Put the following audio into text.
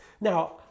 Now